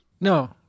No